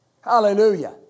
Hallelujah